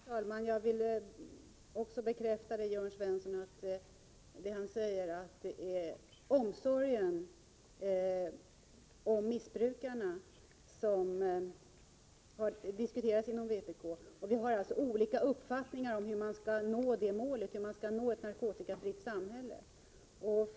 Herr talman! Jag vill bekräfta det Jörn Svensson sade: att det är omsorgen om missbrukarna som har diskuterats inom vpk. Vi har alltså olika uppfattningar om hur man skall nå målet, ett narkotikafritt samhälle.